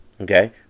Okay